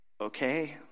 okay